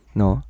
no